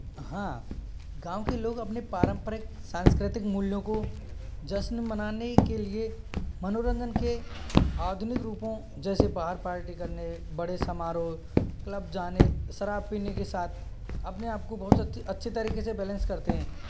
हाँ गाँव के लोग अपने पारंपरिक सांस्कृतिक मूल्यों को जश्न मनाने के लिए मनोरंजन के आधुनिक रूपों जैसे बाहर पार्टी करने बड़े समारोह क्लब जाने शराब पीने के साथ अपने आप को बहुत अच्छे अच्छे तरीके से बैलेंस करते हैं